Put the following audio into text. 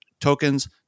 Tokens